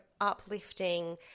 uplifting